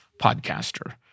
podcaster